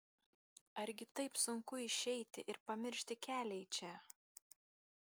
argi taip sunku išeiti ir pamiršti kelią į čia